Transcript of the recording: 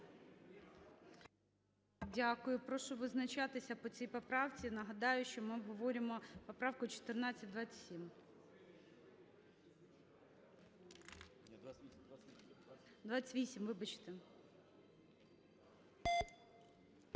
Дякую. Прошу визначатися по цій поправці. Нагадаю, що ми обговорюємо поправку 1427.